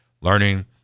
learning